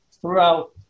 throughout